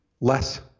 Less